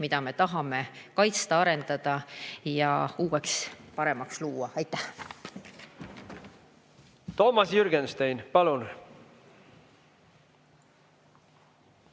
mida me tahame kaitsta, arendada ja uueks, paremaks luua. Aitäh! Toomas Jürgenstein, palun!